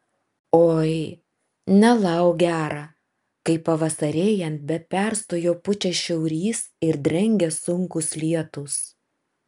oi nelauk gera kai pavasarėjant be perstojo pučia šiaurys ir drengia sunkūs lietūs